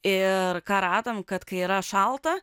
ir ką radom kad kai yra šalta